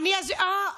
אה,